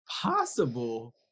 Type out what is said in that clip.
possible